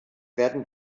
werden